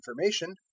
information